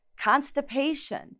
constipation